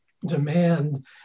demand